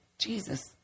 Jesus